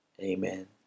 Amen